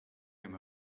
him